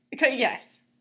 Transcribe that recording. Yes